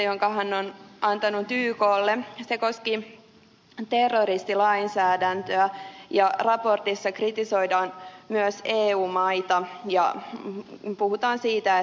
jag tycker att man ser att usa nu har lagt sig till med det man har inte övertoner inte provokationer